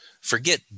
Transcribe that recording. forget